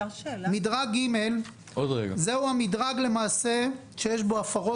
מדרג ג' למעשה זהו המדרג שיש בו הפרות